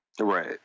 Right